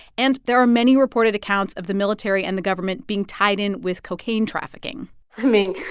and there are many reported accounts of the military and the government being tied in with cocaine trafficking i mean,